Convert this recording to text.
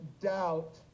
doubt